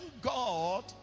God